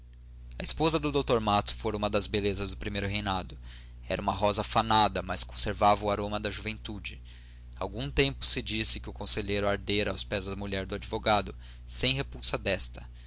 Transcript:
a esposa do dr matos fora uma das belezas do primeiro reinado era uma rosa fanada mas conservava o aroma da juventude algum tempo se disse que o conselheiro ardera aos pés da mulher do advogado sem repulsa desta